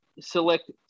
select